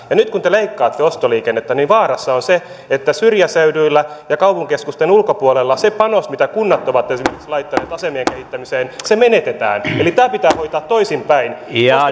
nyt kun te leikkaatte ostoliikennettä vaarana on se että syrjäseuduilla ja kaupunkikeskusten ulkopuolella se panos mitä kunnat ovat laittaneet esimerkiksi asemien kehittämiseen menetetään eli tämä pitää hoitaa toisinpäin ostopalvelut kuntoon ja